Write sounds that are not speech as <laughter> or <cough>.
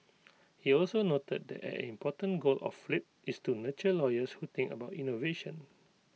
<noise> he also noted that an important goal of flip is to nurture lawyers who think about innovation